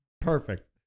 perfect